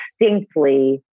distinctly